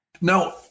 Now